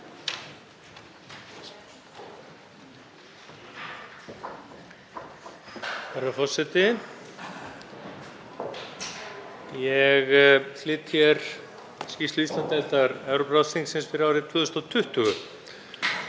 Ég flyt hér skýrslu Íslandsdeildar Evrópuráðsþingsins fyrir árið 2020.